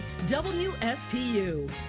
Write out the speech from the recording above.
WSTU